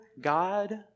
God